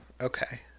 okay